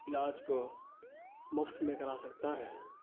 علاج کو مفت میں کرا سکتا ہے